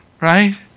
Right